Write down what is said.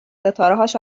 ستارههاش